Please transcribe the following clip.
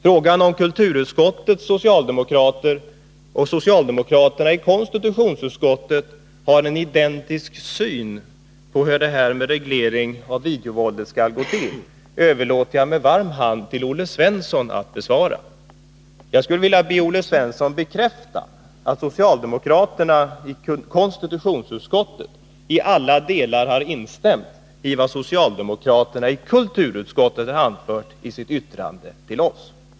Frågan om huruvida kulturutskottets socialdemokrater och socialdemokraterna i konstitutionsutskottet har en identisk syn på hur regleringen av videovåldet skall gå till överlåter jag med varm hand till Olle Svensson att besvara. Jag skulle vilja be Olle Svensson bekräfta att socialdemokraterna i konstitutionsutskottet till alla delar har instämt i vad socialdemokraterna i kulturutskottet har anfört i sitt yttrande till oss.